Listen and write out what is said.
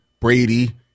Brady